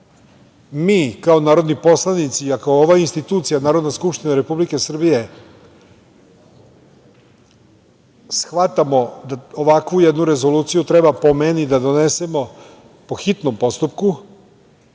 mi kao narodni poslanici i ako ova institucija Narodna skupština Republike Srbije shvatamo shvatamo da ovakvu jednu rezoluciju treba, po meni, da donesemo po hitnom postupku,